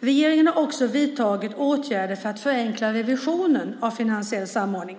Regeringen har också vidtagit åtgärder för att förenkla revisionen av finansiell samordning.